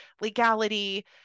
legality